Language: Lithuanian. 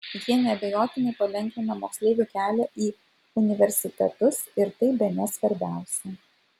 jie neabejotinai palengvina moksleivių kelią į universitetus ir tai bene svarbiausia